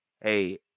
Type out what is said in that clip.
hey